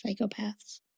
Psychopaths